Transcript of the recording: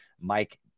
Mike